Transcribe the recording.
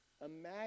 imagine